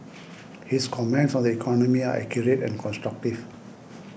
his comments on the economy are accurate and constructive